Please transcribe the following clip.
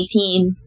2018